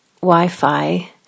Wi-Fi